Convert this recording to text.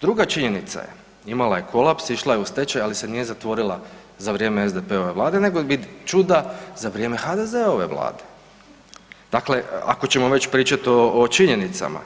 druga činjenica je imala je kolaps, išla je u stečaj, ali se nije zatvorila za vrijeme SDP-ove vlade nego je vid čuda za vrijeme HDZ-ove vlade, dakle ako ćemo već pričati o činjenicama.